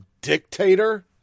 dictator